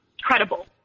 credible